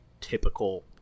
typical